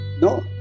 no